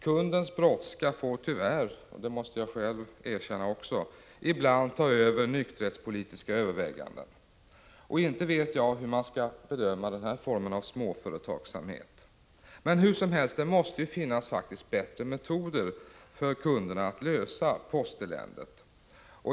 Kundens brådska får tyvärr ibland — det måste också jag själv erkänna — ta över de nykterhetspolitiska övervägandena. Och inte vet jag hur man skall bedöma den här formen av småföretagsamhet. Hur som helst måste det finnas bättre metoder för kunderna att lösa posteländet.